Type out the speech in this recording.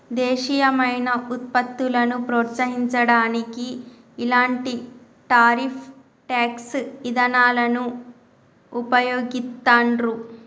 దేశీయమైన వుత్పత్తులను ప్రోత్సహించడానికి ఇలాంటి టారిఫ్ ట్యేక్స్ ఇదానాలను వుపయోగిత్తండ్రు